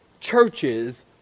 churches